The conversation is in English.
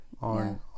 On